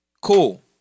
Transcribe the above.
cool